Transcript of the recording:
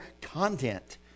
content